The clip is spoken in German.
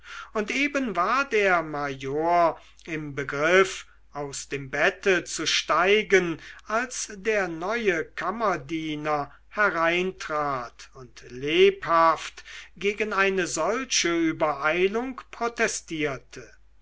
und eben war der major im begriff aus dem bette zu steigen als der neue kammerdiener hereintrat und lebhaft gegen eine solche übereilung protestierte